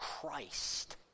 Christ